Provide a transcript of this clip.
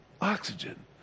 oxygen